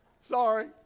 Sorry